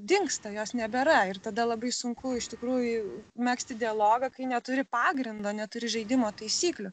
dingsta jos nebėra ir tada labai sunku iš tikrųjų megzti dialogą kai neturi pagrindo neturi žaidimo taisyklių